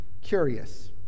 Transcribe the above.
curious